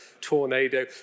tornado